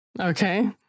Okay